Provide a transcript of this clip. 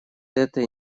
этой